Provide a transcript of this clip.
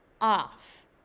off